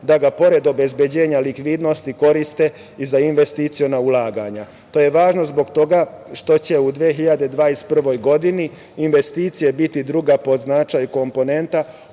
da ga pored obezbeđenja likvidnosti koriste i za investiciona ulaganja. To je važno zbog toga što će u 2021. godini investicije biti druga po značaju komponenta